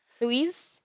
Louise